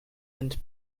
and